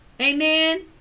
Amen